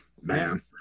man